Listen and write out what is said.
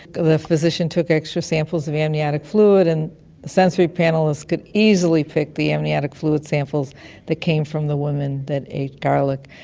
the the physician took extra samples of amniotic fluid and the sensory panellists could easily pick the amniotic fluid samples that came from the women that ate garlic.